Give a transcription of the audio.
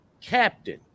captain